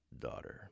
Daughter